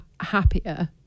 happier